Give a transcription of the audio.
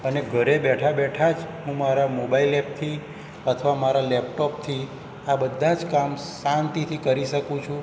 અને ઘરે બેઠા બેઠા જ હું મારા મોબાઈલ એપથી અથવા મારા લેપટોપથી આ બધા જ કામ શાંતિથી કરી શકું છું